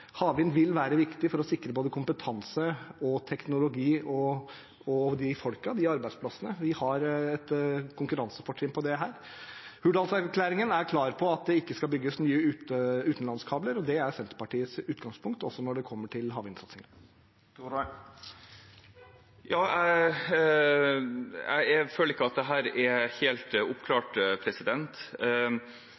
Havvind vil være viktig for å sikre både kompetanse, teknologi og folkene – arbeidsplassene. Vi har et konkurransefortrinn på det her. Hurdalsplattformen er klar på at det ikke skal bygges nye utenlandskabler, og det er Senterpartiets utgangspunkt, også når det gjelder havvindsatsingen. Jeg føler ikke at dette er helt oppklart. Er det sånn å forstå at representanten ser på hybridkabler som utenlandskabler, og at det dermed er